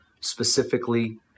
specifically